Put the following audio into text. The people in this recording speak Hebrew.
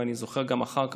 ואני זוכר גם אחר כך.